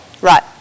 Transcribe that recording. right